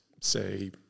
say